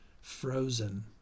frozen